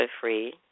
free